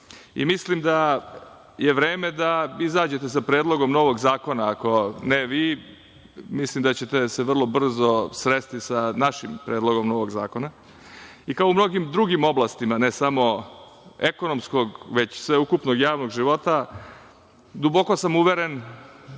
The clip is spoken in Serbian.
da je vreme da izađete sa predlogom novog zakona, ako ne vi, mislim da ćete se vrlo brzo sresti sa našim predlogom novog zakona. Kao u mnogim drugim oblastima ne samo ekonomskog nego sveukupnog javnog života duboko sam uveren,